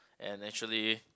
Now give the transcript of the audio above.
and actually